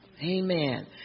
Amen